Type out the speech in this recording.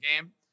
game